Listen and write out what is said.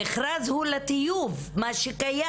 המכרז הוא לטיוב מה שקיים?